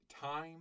time